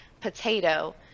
potato